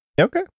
Okay